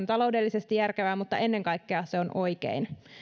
taloudellisesti järkevää mutta ennen kaikkea se on oikein